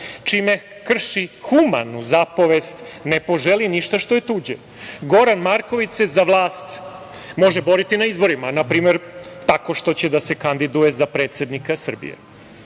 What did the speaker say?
čime krši humanu zapovest – ne poželi ništa što je tuđe. Goran Marković se za vlast može boriti na izborima. Na primer, tako što će da se kandiduje za predsednika Srbije. Goran